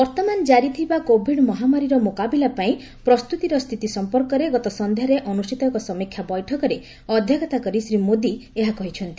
ବର୍ତ୍ତମାନ ଜାରିଥିବା କୋଭିଡ ମହାମାରୀର ମୁକାବିଲା ପାଇଁ ପ୍ରସ୍ତୁତିର ସ୍ଥିତି ସମ୍ପର୍କରେ ଗତ ସନ୍ଧ୍ୟାରେ ଅନୁଷ୍ଠିତ ଏକ ସମୀକ୍ଷା ବୈଠକରେ ଅଧ୍ୟକ୍ଷତା କରି ପ୍ରଧାନମନ୍ତ୍ରୀ ନରେନ୍ଦ୍ର ମୋଦି ଏହା କହିଛନ୍ତି